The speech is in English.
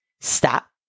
Stop